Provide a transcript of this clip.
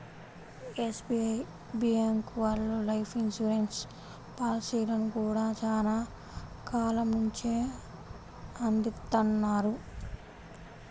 SBI bank వాళ్ళు life insurance పాలసీలను గూడా చానా కాలం నుంచే అందిత్తన్నారు